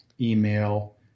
email